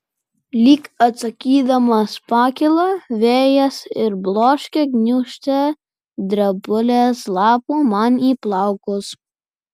lyg atsakydamas pakyla vėjas ir bloškia gniūžtę drebulės lapų man į plaukus